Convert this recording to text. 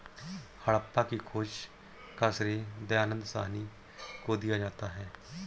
हड़प्पा की खोज का श्रेय दयानन्द साहनी को दिया जाता है